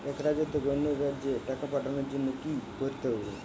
এক রাজ্য থেকে অন্য রাজ্যে টাকা পাঠানোর জন্য কী করতে হবে?